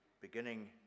beginning